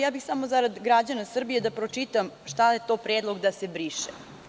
Samo zarad građana Srbije bih da pročitam šta je to predlog da se briše.